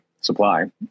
supply